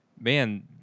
man